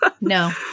no